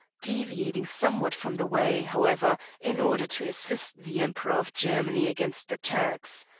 deviating somewhat from the way, however, in order to assist the emperor of germany against the turks.